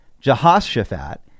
Jehoshaphat